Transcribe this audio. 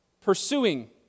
pursuing